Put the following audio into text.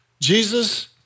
Jesus